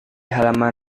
halaman